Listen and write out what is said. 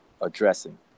addressing